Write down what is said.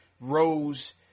Rose